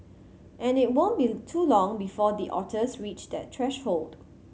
and it won't be too long before the otters reach that threshold